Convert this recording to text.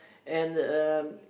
and um